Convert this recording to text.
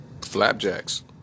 flapjacks